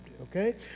okay